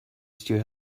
still